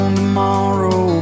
tomorrow